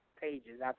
pages